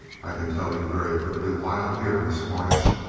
i can tell you very quickly why i'm here, miss cornish.